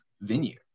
venue